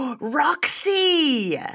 Roxy